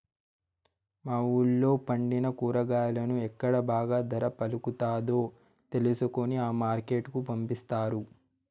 మా వూళ్ళో పండిన కూరగాయలను ఎక్కడ బాగా ధర పలుకుతాదో తెలుసుకొని ఆ మార్కెట్ కు పంపిస్తారు